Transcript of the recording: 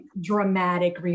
dramatic